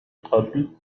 قبل